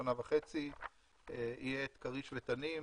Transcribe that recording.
שנה וחצי יהיו כריש תנין,